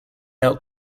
out